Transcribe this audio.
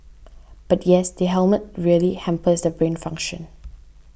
but yes the helmet really hampers the brain function